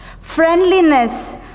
friendliness